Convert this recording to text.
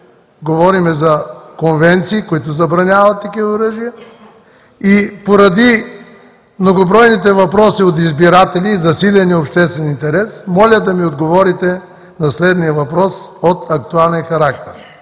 говорим за конвенции, които забраняват такива оръжия и поради многобройните въпроси от избиратели и засиления обществен интерес, моля да ми отговорите на следния въпрос от актуален характер: